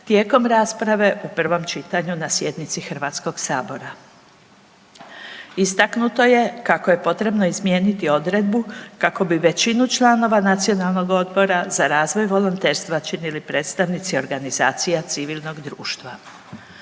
tijekom rasprave u prvom čitanju na sjednici HS. Istaknuto je kako je potrebno izmijeniti odredbu kako bi većinu članova Nacionalnog odbora za razvoj volonterstva činili predstavnici organizacija civilnog društva.